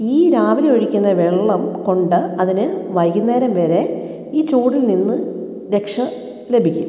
ഈ രാവിലെ ഒഴിക്കുന്ന വെള്ളം കൊണ്ട് അതിന് വൈകുന്നേരം വരെ ഈ ചൂടിൽ നിന്ന് രക്ഷ ലഭിക്കും